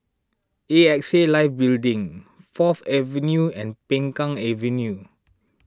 A X A Life Building Fourth Avenue and Peng Kang Avenue